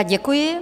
Děkuji.